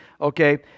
okay